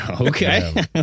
Okay